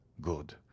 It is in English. Good